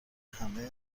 همه